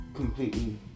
completely